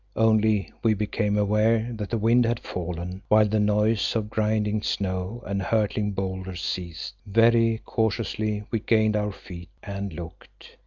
only we became aware that the wind had fallen, while the noise of grinding snow and hurtling boulders ceased. very cautiously we gained our feet and looked.